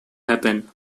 happen